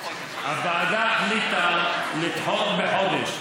הוועדה החליטה לדחות בחודש.